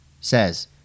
says